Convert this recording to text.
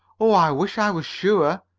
oh, i wish i was sure.